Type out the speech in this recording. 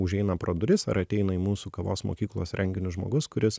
užeina pro duris ar ateina į mūsų kavos mokyklos renginius žmogus kuris